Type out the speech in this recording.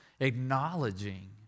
Acknowledging